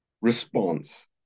response